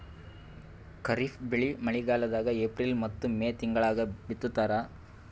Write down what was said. ಖಾರಿಫ್ ಬೆಳಿ ಮಳಿಗಾಲದಾಗ ಏಪ್ರಿಲ್ ಮತ್ತು ಮೇ ತಿಂಗಳಾಗ ಬಿತ್ತತಾರ